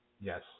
Yes